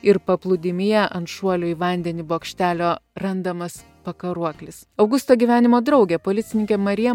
ir paplūdimyje ant šuolių į vandenį bokštelio randamas pakaruoklis augusto gyvenimo draugė policininkė marija